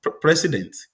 president